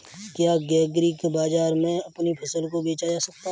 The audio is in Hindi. क्या एग्रीबाजार में अपनी फसल को बेचा जा सकता है?